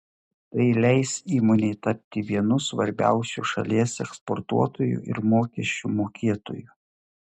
tai leis įmonei tapti vienu svarbiausių šalies eksportuotoju ir mokesčių mokėtoju